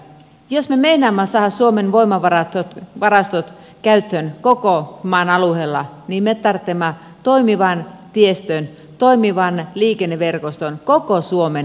jos me meinaamme saada suomen voimavarastot käyttöön koko maan alueella niin me tarvitsemme toimivan tiestön toimivan liikenneverkoston koko suomen alueella